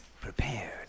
prepared